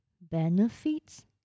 benefits